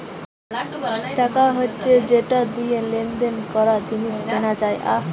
টাকা হচ্ছে যেটা দিয়ে লেনদেন করা, জিনিস কেনা যায়